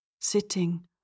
sitting